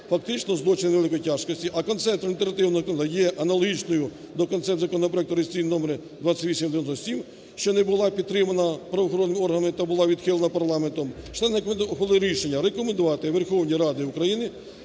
фактично злочинів невеликої тяжкості, а концепція альтернативного законопроекту є аналогічною до концепції законопроекту реєстраційний номер 7279, що не була підтримана правоохоронними органами та була відхилена парламентом, члени комітету ухвалили рішення рекомендувати Верховній Раді України